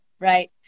Right